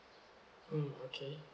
mm okay